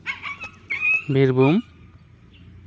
Birbhum